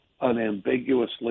unambiguously